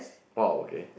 !wow! okay